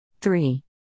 three